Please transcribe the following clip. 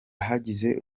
hagize